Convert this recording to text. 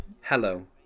hello